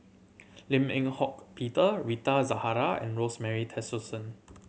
Lim Eng Hock Peter Rita Zahara and Rosemary Tessensohn